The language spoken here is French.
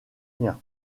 bien